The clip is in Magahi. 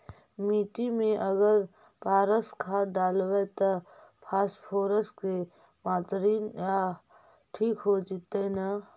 मिट्टी में अगर पारस खाद डालबै त फास्फोरस के माऋआ ठिक हो जितै न?